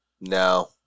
No